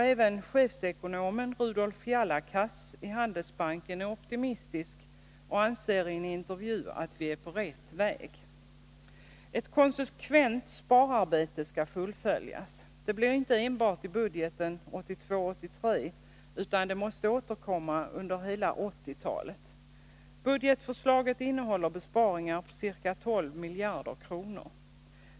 Även chefsekonomen Rudolf Jalakas i Handelsbanken är optimistisk och anser i en intervju att vi är på rätt väg. Ett konsekvent spararbete skall fullföljas. Det blir inte enbart i budgeten 1982/83, utan det måste återkomma under hela 1980-talet. Budgetförslaget innehåller besparingar på ca 12 miljarder kronor.